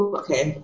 okay